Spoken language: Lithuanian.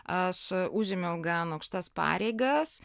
aš užėmiau gan aukštas pareigas